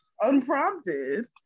unprompted